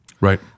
Right